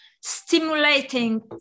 stimulating